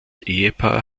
ehepaar